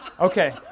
Okay